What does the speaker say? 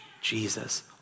Jesus